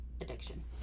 addiction